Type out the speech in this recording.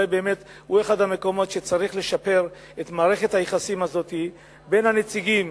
הוא אחד המקומות שצריך לשפר בו את מערכת היחסים הזאת בין הנציגים